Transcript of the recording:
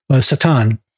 Satan